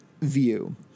view